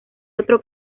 otro